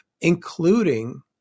including